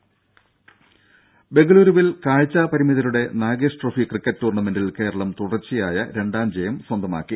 രും ബംഗലുരുവിൽ കാഴ്ച പരിമിതരുടെ നാഗേഷ്ട്രോഫി ക്രിക്കറ്റി ടൂർണമെന്റിൽ കേരളം തുടർച്ചയായ രണ്ടാം ജയം സ്വന്തമാക്കി